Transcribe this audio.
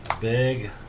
big